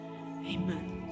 amen